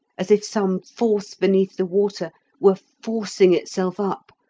as if some force beneath the water were forcing itself up,